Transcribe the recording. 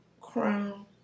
crown